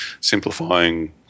simplifying